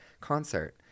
concert